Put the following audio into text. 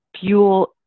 fuel